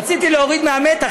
רציתי להוריד מהמתח,